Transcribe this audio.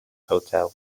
hotel